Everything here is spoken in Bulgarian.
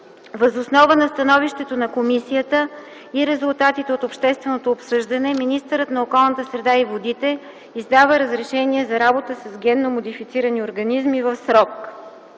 Въз основа на становището на комисията и резултатите от общественото обсъждане министърът на околната среда и водите издава разрешение за работа с ГМО в срок: